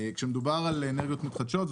כשמדובר על אנרגיות מתחדשות,